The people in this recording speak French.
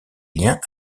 liens